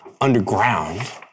underground